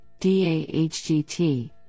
DAHGT